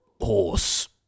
horse